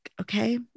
okay